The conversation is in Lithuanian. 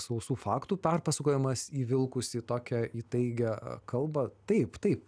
sausų faktų perpasakojimas įvilkus į tokią įtaigią kalbą taip taip